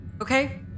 Okay